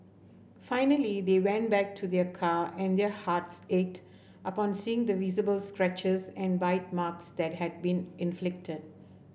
finally they went back to their car and their hearts ached upon seeing the visible scratches and bite marks that had been inflicted